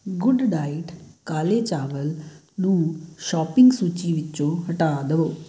good diet ਕਾਲੇ ਚਾਵਲ ਨੂੰ ਸ਼ੋਪਿੰਗ ਸੂਚੀ ਵਿੱਚੋਂ ਹਟਾ ਦਵੋ